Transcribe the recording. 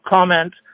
comment